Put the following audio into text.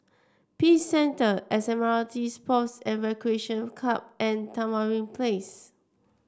Peace Centre S M R T Sports and Recreation Club and Tamarind Place